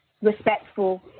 respectful